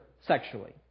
sexually